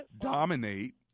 dominate